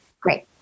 great